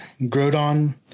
Grodon